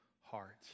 heart